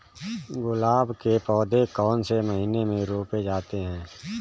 गुलाब के पौधे कौन से महीने में रोपे जाते हैं?